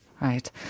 Right